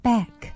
Back